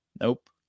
Nope